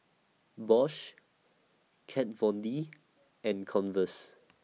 Bosch Kat Von D and Converse